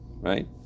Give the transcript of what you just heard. Right